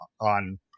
on